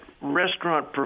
restaurant